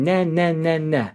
ne ne ne ne